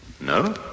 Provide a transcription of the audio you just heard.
No